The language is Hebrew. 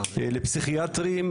לפסיכיאטרים,